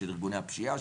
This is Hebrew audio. של ארגוני הפשיעה,